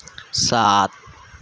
سات